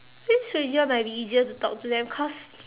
I think stranger might be easier to talk to them cause